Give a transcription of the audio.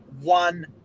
one